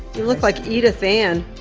you look like edith ann.